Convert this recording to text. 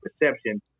perception